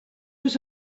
was